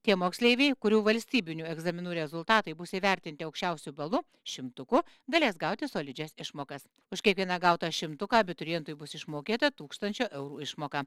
tie moksleiviai kurių valstybinių egzaminų rezultatai bus įvertinti aukščiausiu balu šimtuku galės gauti solidžias išmokas už kiekvieną gautą šimtuką abiturientui bus išmokėta tūkstančio eurų išmoka